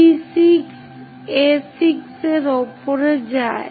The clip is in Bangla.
P6 A6 এর উপরে যায়